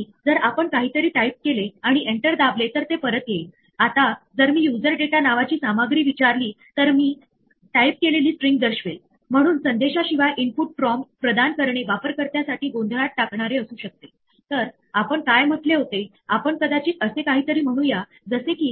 आता बऱ्याच प्रकारच्या त्रुटी आहे आणि त्यापैकी काही आपण बघितल्या आहे पण आपण कदाचित त्याची सूक्ष्मता नाही बघितली